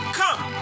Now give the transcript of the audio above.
come